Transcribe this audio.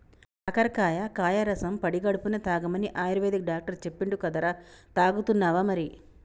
కాకరకాయ కాయ రసం పడిగడుపున్నె తాగమని ఆయుర్వేదిక్ డాక్టర్ చెప్పిండు కదరా, తాగుతున్నావా మరి